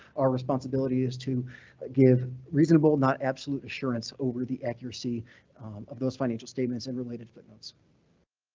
our responsibility is to give reasonable, not absolute assurance over the accuracy of those financial statements and related footnotes.